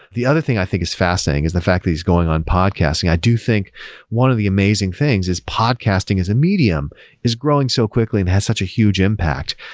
the other thing i think is fascinating is the fact that he's going on podcasting. i do think one of the amazing things is podcasting is a medium is growing so quickly and has such a huge impact.